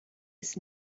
ist